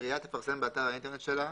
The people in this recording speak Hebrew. עירייה תפרסם באתר האינטרנט שלה,